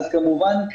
אז כמובן,